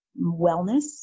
wellness